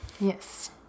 Yes